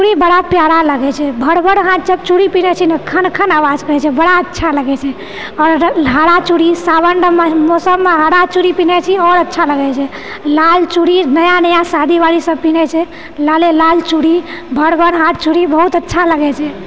चूड़ी बड़ा प्यारा लगैछेै भर भर हाथ जब चूड़ी पहिरे छी ने खन खन आवाज करैछै बड़ा अच्छा लगैछै आओर हरा चूड़ी सावनके मौसममे हरा चूड़ी पहिरै छिए आओर अच्छा लगैछै लाल चूड़ी नया नया शादीवाली सब पहिरै छै लाले लाल चूड़ी भर भर हाथ बहुत अच्छा लगैछै